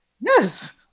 Yes